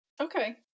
Okay